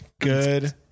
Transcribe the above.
good